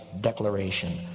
declaration